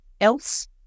else